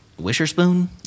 Wisherspoon